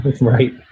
right